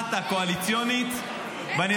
הן מחזיקות את ההצבעות, נגד ובעד, לא משנה.